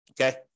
Okay